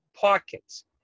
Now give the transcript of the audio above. pockets